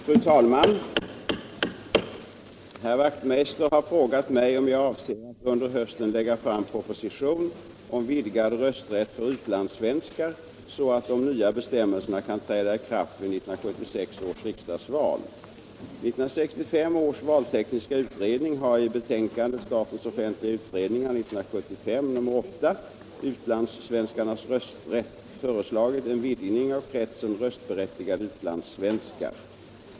Fru talman! Herr Wachtmeister i Staffanstorp har frågat mig om jag avser att under hösten lägga fram proposition om vidgad rösträtt för utlandssvenskar så att de nya bestämmelserna kan träda i kraft vid 1976 års riksdagsval. 1965 års valtekniska utredning har i betänkandet Utlandssvenskarnas rösträtt föreslagit en vidgning av kretsen röstberättigade utlandssvenskar.